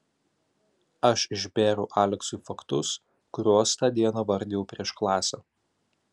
aš išbėriau aleksui faktus kuriuos tą dieną vardijau prieš klasę